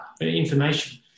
information